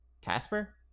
Casper